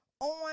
On